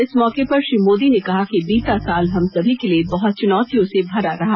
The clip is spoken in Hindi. इस मौके पर श्री मोदी ने कहा कि बीता साल हम सभी के लिए बहुत चुनौतियों से भरा रहा